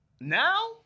Now